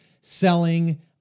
selling